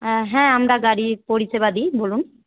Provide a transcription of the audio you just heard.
হ্যাঁ আমরা গাড়ির পরিষেবা দিই বলুন